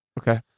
Okay